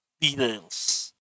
details